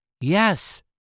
Yes